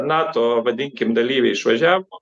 nato vadinkim dalyviai išvažiavo